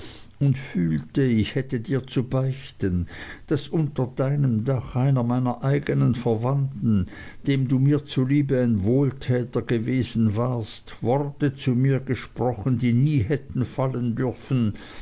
und fühlte ich hätte dir zu beichten daß unter deinem dach einer meiner eignen verwandten dem du mir zuliebe ein wohltäter gewesen warst worte zu mir gesprochen die nie hätten fallen dürfen